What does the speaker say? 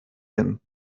hin